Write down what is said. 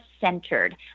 centered